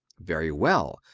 very well.